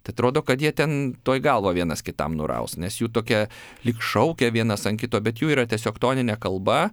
tai atrodo kad jie ten tuoj galvą vienas kitam nuraus nes jų tokia lyg šaukia vienas ant kito bet jų yra tiesiog toninė kalba